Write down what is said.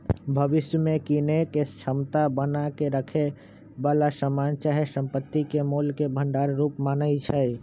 भविष्य में कीनेके क्षमता बना क रखेए बला समान चाहे संपत्ति के मोल के भंडार रूप मानइ छै